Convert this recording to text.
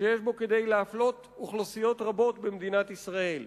שיש בו כדי להפלות אוכלוסיות רבות במדינת ישראל.